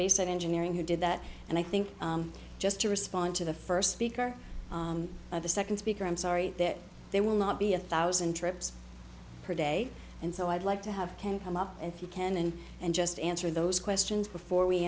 basic engineering who did that and i think just to respond to the first speaker of the second speaker i'm sorry that they will not be a thousand trips per day and so i'd like to have him come up if you can and and just answer those questions before we